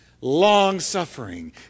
long-suffering